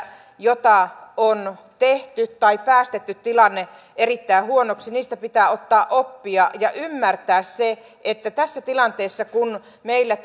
joita on tehty tai on päästetty tilanne erittäin huonoksi pitää ottaa oppia ja ymmärtää se että tässä tilanteessa kun meillä